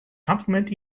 complement